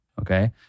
okay